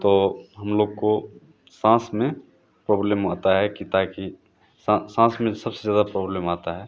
तो हम लोग को साँस में प्रॉब्लम आता है कि ताकि सां साँस में सबसे ज़्यादा प्रॉब्लम आता है